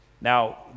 now